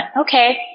Okay